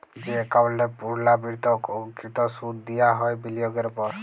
যে একাউল্টে পুর্লাবৃত্ত কৃত সুদ দিয়া হ্যয় বিলিয়গের উপর